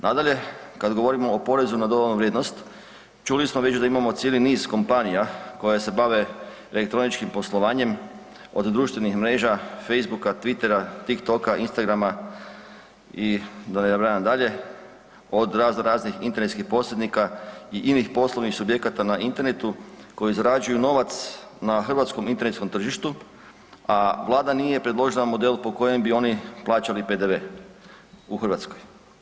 Nadalje, kad govorimo o porezu na dodanu vrijednost, čuli smo već da imamo cijeli niz kompanija koje se bave elektroničkim poslovanjem, od društvenih mreža, Facebooka, Twittera, Tik-Toka, Instagrama i da ne nabrajam dalje, od razno raznih internetskih posrednika i inih poslovnih subjekata na internetu koji zarađuju novac na hrvatskom internetskom tržištu, a Vlada nije predložila model po kojem bi oni plaćali PDV u Hrvatskoj.